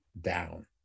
down